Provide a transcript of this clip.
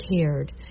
cared